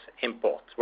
imports